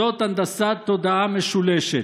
זאת הנדסת תודעה משולשת,